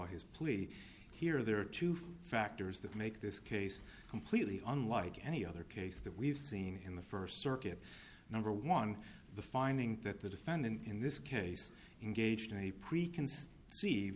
his plea here there are two factors that make this case completely unlike any other case that we've seen in the first circuit number one the finding that the defendant in this case engaged in any pre